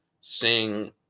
sing